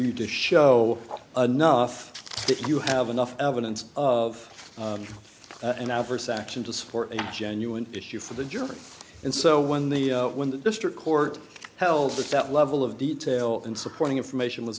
you to show a nuff if you have enough evidence of an adverse action to support a genuine issue for the journey and so when the when the district court held that that level of detail and supporting information was